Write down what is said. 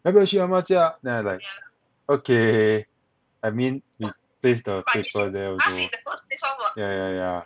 要不要去 ah ma 家 then I like okay I mean you paste the paper there also yeah yeah yeah